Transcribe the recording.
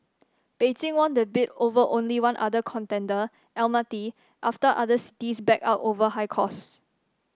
Beijing won the bid over only one other contender Almaty after other cities backed out over high costs